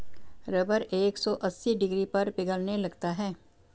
rubber एक सौ अस्सी डिग्री पर पिघलने लगता है